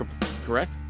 correct